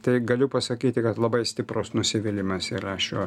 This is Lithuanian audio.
tai galiu pasakyti kad labai stiprus nusivylimas yra šiuo